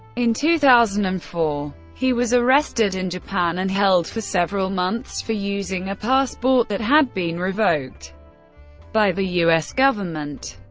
in two thousand and four, he was arrested in japan and held for several months for using a passport that had been revoked by the u s. government.